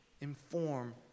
inform